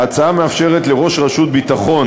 ההצעה מאפשרת לראש רשות ביטחון